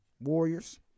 Warriors